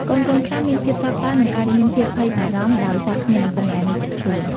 កូនៗខ្លះមានភាពសោកសៅ និងកើតមានភាពភ័យបារម្ភដោយសារគ្មានឪពុកម្តាយនៅជិតខ្លួន។